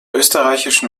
österreichischen